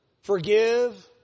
Forgive